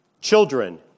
Children